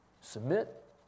Submit